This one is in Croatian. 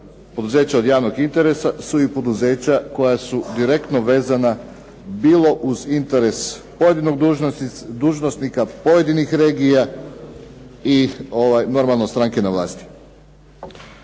poduzeća od javnog interesa su i poduzeća koja su direktno vezana bilo uz interes pojedinog dužnosnika, pojedinih regija i normalno stranke na vlasti.